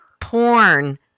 porn